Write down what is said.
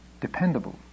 dependable